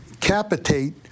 capitate